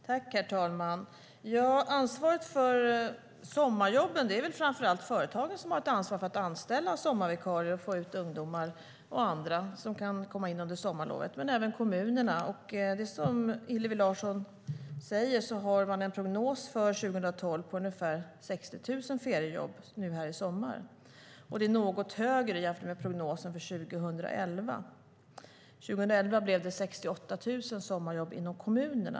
Herr talman! Ansvaret för sommarjobben ligger väl framför allt hos företagen. De har ett ansvar för att anställa sommarvikarier och få ut ungdomar och andra som kan komma in under sommarlovet. Det gäller även kommunerna. Precis som Hillevi Larsson säger finns en prognos för 2012 på ungefär 60 000 feriejobb i sommar. Det är något högre jämfört med prognosen för 2011. År 2011 blev det 68 000 sommarjobb inom kommunerna.